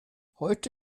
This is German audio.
heute